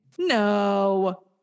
No